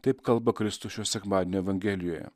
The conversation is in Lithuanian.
taip kalba kristus šio sekmadienio evangelijoje